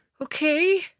okay